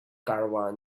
caravan